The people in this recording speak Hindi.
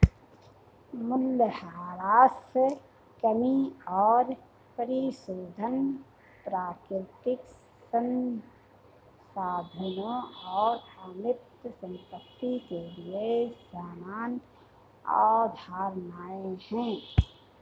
मूल्यह्रास कमी और परिशोधन प्राकृतिक संसाधनों और अमूर्त संपत्ति के लिए समान अवधारणाएं हैं